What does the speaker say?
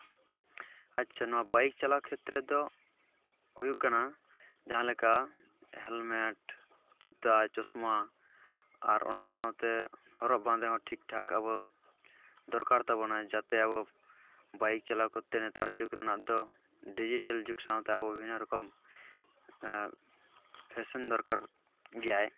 ᱟᱪᱪᱷᱟ ᱱᱚᱣᱟ ᱵᱟᱭᱤᱠ ᱪᱟᱞᱟᱣ ᱠᱷᱮᱛᱨᱮ ᱫᱚ ᱦᱩᱭᱩᱜ ᱠᱟᱱᱟ ᱡᱟᱦᱟᱸᱞᱮᱠᱟ ᱦᱮᱞᱢᱮᱴ ᱡᱩᱛᱟᱹ ᱪᱚᱥᱢᱟ ᱟᱨ ᱚᱱᱟ ᱥᱟᱶᱛᱮ ᱦᱚᱨᱚᱜ ᱵᱟᱸᱫᱮ ᱦᱚᱸ ᱴᱷᱤᱠᱼᱴᱷᱟᱠ ᱟᱵᱚ ᱫᱚᱨᱠᱟᱨ ᱛᱟᱵᱚᱱᱟ ᱡᱟᱛᱮ ᱟᱵᱚ ᱵᱟᱭᱤᱠ ᱪᱟᱞᱟᱣ ᱠᱚᱛᱛᱮ ᱱᱮᱛᱟᱨ ᱡᱩᱜᱽ ᱨᱮᱱᱟᱜ ᱫᱚ ᱰᱤᱡᱤᱴᱮᱞ ᱡᱩᱜᱽ ᱥᱟᱶᱛᱮ ᱟᱵᱚ ᱵᱤᱵᱷᱤᱱᱱᱚ ᱨᱚᱠᱚᱢ ᱯᱷᱮᱥᱮᱱ ᱫᱚᱨᱠᱟᱨ ᱜᱮᱭᱟᱭ